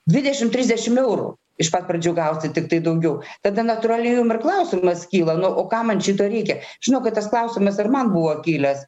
dvidešim trisdešim eurų iš pat pradžių gausit tiktai daugiau tada natūraliai jum ir klausimas kyla nu o kam man šito reikia žinokit tas klausimas ir man buvo kilęs